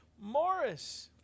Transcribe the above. Morris